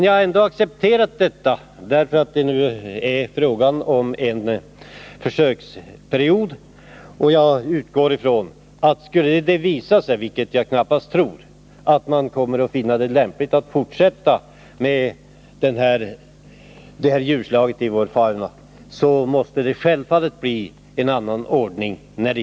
Jag har ändå accepterat detta därför att det är fråga om en försöksperiod. Jag utgår ifrån att skulle det visa sig — vilket jag knappast tror — att man kommer att finna det lämpligt att fortsätta med detta djurslag i vår fauna, måste givetvis skadorna ersättas i annan ordning.